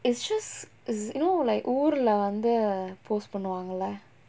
it's just it's you know like ஊருல வந்து:oorula vanthu post பன்னுவாங்கெள்ள:pannuvaangella